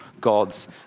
God's